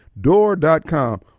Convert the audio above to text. door.com